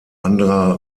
anderer